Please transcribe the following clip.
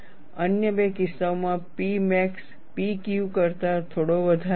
અન્ય બે કિસ્સાઓમાં P મેક્સ P Q કરતાં થોડો વધારે છે